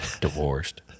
divorced